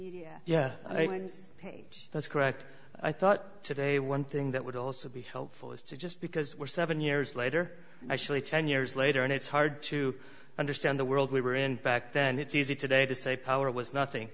yeah yeah i think that's correct i thought today one thing that would also be helpful is just because we're seven years later actually ten years later and it's hard to understand the world we were in back then it's easy today to say power was nothing